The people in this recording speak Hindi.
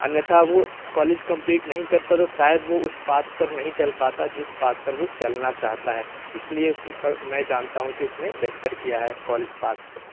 अन्यथा वह कॉलेज कंप्लीट नहीं करता तो शायद वह उस पाथ पर नहीं चल पता जिस पाथ पर वह चलना चाहता है इसलिए उसका मैं जानता हूँ कि उसने बेहतर किया है कॉलेज पास करके